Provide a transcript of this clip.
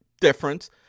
difference